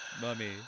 Mummy